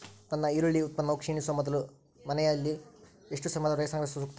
ನನ್ನ ಈರುಳ್ಳಿ ಉತ್ಪನ್ನವು ಕ್ಷೇಣಿಸುವ ಮೊದಲು ಮನೆಯಲ್ಲಿ ಎಷ್ಟು ಸಮಯದವರೆಗೆ ಸಂಗ್ರಹಿಸುವುದು ಸೂಕ್ತ?